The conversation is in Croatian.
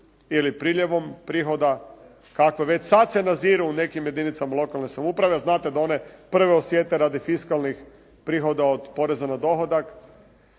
ili priljevom prihoda kakve već sad se naziru u nekim jedinicama lokalne samouprave a znate da one prve osjete radi fiskalnih prihoda od poreza na dohodak